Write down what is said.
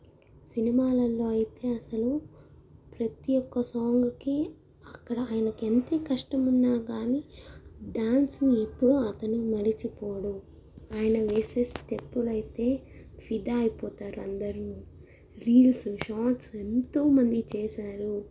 సినిమాలలో అయితే అసలు ప్రతి ఒక సాంగ్కి అక్కడ ఆయనకు ఎంత కష్టం ఉన్న కానీ డ్యాన్స్ని ఎప్పుడు అతను మరిచిపోడు ఆయన వేసే స్టెప్పులు అయితే ఫిదా అయిపోతారు అందరు రీల్సు షాట్సు ఎంతో మంది చేశారు